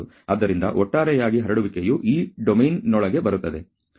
ಆದ್ದರಿಂದ ಒಟ್ಟಾರೆಯಾಗಿ ಹರಡುವಿಕೆಯು ಈ ಡೊಮೇನ್ನೊಳಗೆ ಬರುತ್ತದೆ